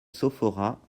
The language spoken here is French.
sophoras